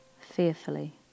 fearfully